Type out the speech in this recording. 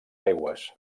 aigües